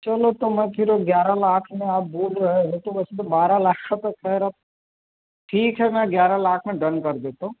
चलो तो मैं फिर ग्यारह लाख में आप बोल रहे हैं तो वैसे तो बारह लाख का तो खैर अब ठीक है मैं ग्यारह लाख में मैं डन कर देता हूँ